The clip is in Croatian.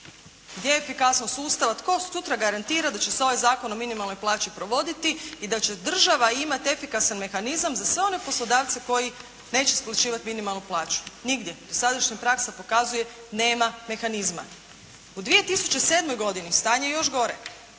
Gdje je efikasnost sustava, tko sutra garantira da će se ovaj Zakon o minimalnoj plaći provoditi i da će država imati efikasan mehanizam za sve one poslodavce koji neće isplaćivati minimalnu plaću? Nigdje. Dosadašnja praksa pokazuje nema mehanizma. U 2007. godini stanje je još gore.